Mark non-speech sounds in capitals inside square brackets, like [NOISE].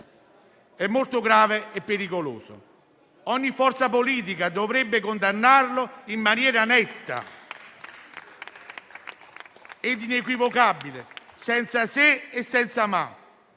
è molto grave e pericoloso. Ogni forza politica dovrebbe condannarlo in maniera netta [APPLAUSE] e inequivocabile, senza se e senza ma.